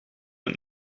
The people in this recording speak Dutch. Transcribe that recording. het